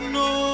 no